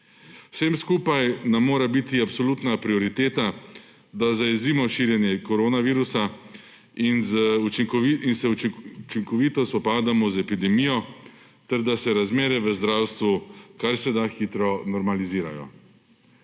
Vsem skupaj nam mora biti absolutna prioriteta, da zajezimo širjenje koronavirusa in se učinkovito spopadamo z epidemijo ter da se razmere v zdravstvu kar se da hitro normalizirajo.